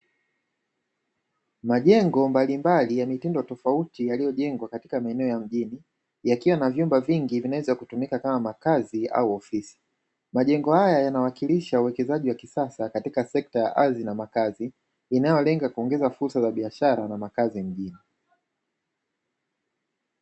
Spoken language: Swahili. Majengo mbalimbali ya mitindo tofauti yaliyojengwa katika maeneo ya mjini yakiwa na vyumba vingi vinavyoweza kutumika kama makazi au ofisi. Majengo haya yanawakilisha uwekezaji wa kisasa katika sekta ya ardhi na makazi inayolenga kuongeza fursa za biashara na makazi.